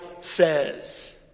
says